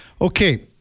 Okay